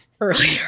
earlier